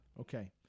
Okay